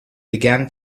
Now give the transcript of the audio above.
began